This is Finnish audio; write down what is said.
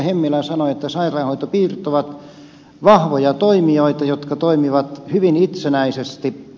hemmilä sanoi että sairaanhoitopiirit ovat vahvoja toimijoita jotka toimivat hyvin itsenäisesti